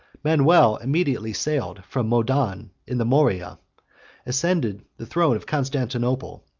manuel immediately sailed from modon in the morea ascended the throne of constantinople,